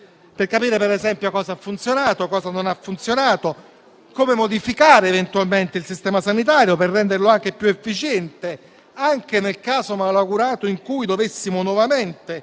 per capire, per esempio, cosa ha funzionato e cosa non ha funzionato; come modificare eventualmente il Sistema sanitario per renderlo più efficiente, anche nel caso malaugurato in cui dovessimo nuovamente